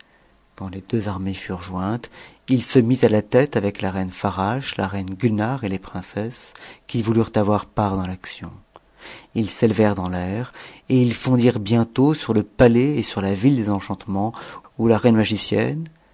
quand les deux armées furent jointes il se mit à la tête avec la reine farasche la reine gulnare et les princesses qui voulutent avoir part dans l'action ils s'élevèrent dans l'air et ils fondirent tantôt sur le palais et sur la ville des enchantements où la reine ma